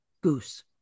goose